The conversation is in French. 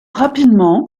rapidement